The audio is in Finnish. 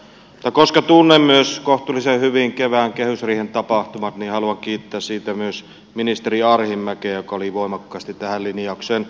koska tunnen myös kohtuullisen hyvin kevään kehysriihen tapahtumat haluan kiittää siitä myös ministeri arhinmäkeä joka oli voimakkaasti tähän linjaukseen vaikuttamassa